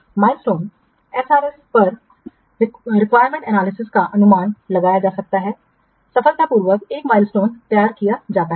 milestone SRS पर requirement analysis का अनुमान लगाया जा सकता है सफलतापूर्वक 1 माइलस्टोन तैयार किया जाता है